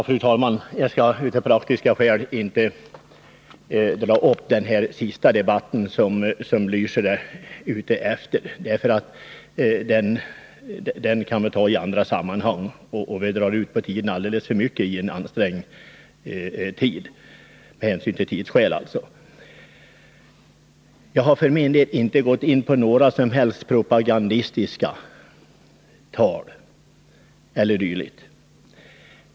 Fru talman! Jag skall av tidsskäl inte låta mig dras in i den debatt som Raul Blächer är ute efter; den debatten kan vi ta i annat sammanhang. Jag har för min del inte fört något som helst propagandistiskt tal.